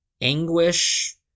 anguish